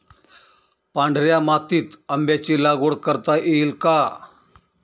पांढऱ्या मातीत आंब्याची लागवड करता येईल का?